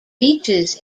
beaches